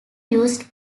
used